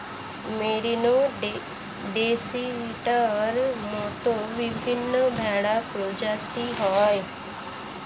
merino, ডর্সেটের মত বিভিন্ন ভেড়া প্রজাতি হয়